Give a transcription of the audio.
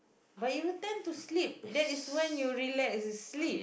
but you tend to sleep that's when you relax it's sleep